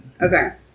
Okay